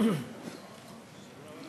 רשות